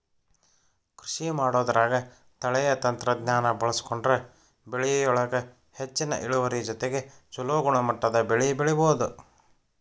ಕೃಷಿಮಾಡೋದ್ರಾಗ ತಳೇಯ ತಂತ್ರಜ್ಞಾನ ಬಳಸ್ಕೊಂಡ್ರ ಬೆಳಿಯೊಳಗ ಹೆಚ್ಚಿನ ಇಳುವರಿ ಜೊತೆಗೆ ಚೊಲೋ ಗುಣಮಟ್ಟದ ಬೆಳಿ ಬೆಳಿಬೊದು